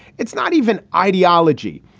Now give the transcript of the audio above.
it's not even ideology.